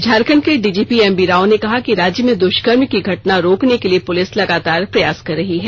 झारखंड के DGP M V Rao कहा कि राज्य में दुष्कर्म की घटना रोकने के लिए पुलिस लगातार प्रयास कर रही है